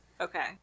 Okay